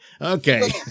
Okay